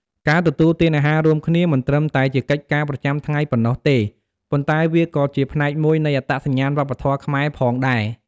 ការទទួលទានអាហាររួមគ្នា មិនត្រឹមតែជាកិច្ចការប្រចាំថ្ងៃប៉ុណ្ណោះទេ ប៉ុន្តែវាក៏ជា ផ្នែកមួយនៃអត្តសញ្ញាណវប្បធម៌ខ្មែរ ផងដែរ។